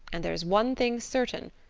and there's one thing certain,